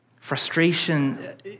Frustration